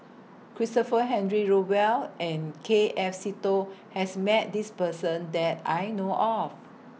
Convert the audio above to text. Christopher Henry Rothwell and K F Seetoh has Met This Person that I know of